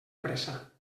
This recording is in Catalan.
pressa